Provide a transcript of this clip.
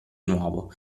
nuovo